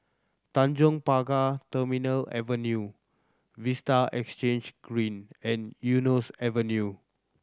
Tanjong Pagar Terminal Avenue Vista Exhange Green and Eunos Avenue